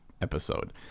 episode